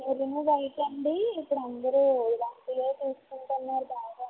maroon white అండి ఇక్కడ అందరూ ఇలాంటివే తీసుకుంటున్నారు బాగా